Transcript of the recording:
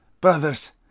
brothers